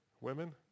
women